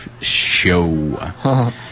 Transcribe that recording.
show